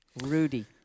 Rudy